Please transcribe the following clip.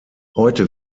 heute